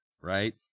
right